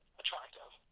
attractive